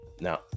Now